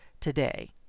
today